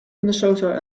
minnesota